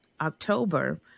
october